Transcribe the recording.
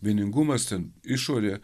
vieningumas ten išorė